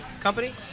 company